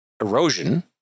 erosion